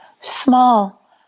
Small